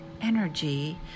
energy